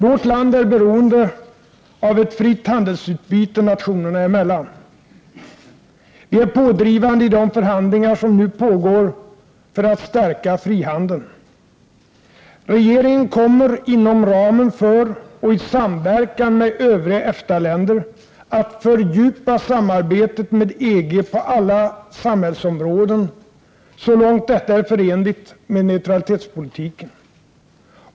Vårt land är beroende av ett fritt handelsutbyte nationerna emellan. Vi är pådrivande i de förhandlingar som nu pågår för att stärka frihandeln. Regeringen kommer, inom ramen för och i samverkan med övriga EFTA-länder, att fördjupa samarbetet med EG på alla samhällsområden, så långt detta är förenligt med neutralitetspolitiken.